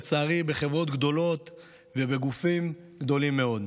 ולצערי בחברות גדולות ובגופים גדולים מאוד,